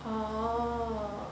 oh